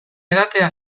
edatea